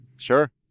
Sure